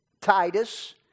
Titus